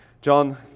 John